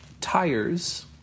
tires